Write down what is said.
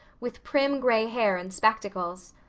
with prim gray hair and spectacles.